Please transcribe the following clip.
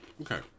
Okay